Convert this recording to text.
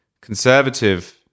conservative